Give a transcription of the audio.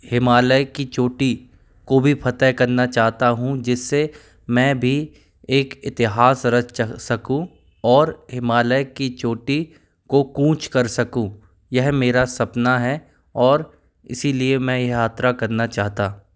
हिमालय की चोटी को भी फतह करना चाहता हूँ जिस से मैं भी एक इतिहास रच सकूँ और हिमालय की चोटी को कूच कर सकूँ यह मेरा सपना है और इसी लिए मैं यह यात्रा करना चाहता